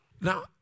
Now